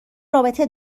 رابطه